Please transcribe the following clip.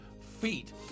feet